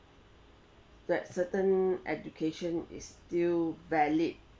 but certain education is still valid